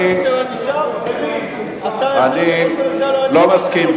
אני לא מסכים,